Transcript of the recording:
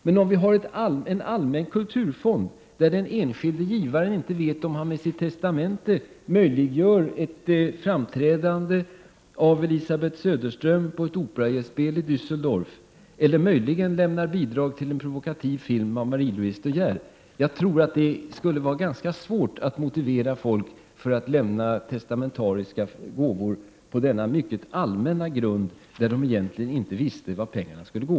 Men om vi har en allmän kulturfond vet inte den enskilde givaren om han med sitt testamente möjliggör ett framträdande av Elisabeth Söderström på ett operagästspel i Dusseldorf eller möjligen lämnar bidrag till en provokativ film av Marie-Louise De Geer Bergenstråhle. Jag tror att det skulle vara ganska svårt att motivera folk att lämna testamentariska gåvor på denna mycket allmänna grund där de egentligen inte vet vart pengarna skulle gå.